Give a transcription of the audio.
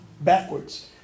backwards